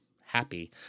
Happy